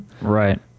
Right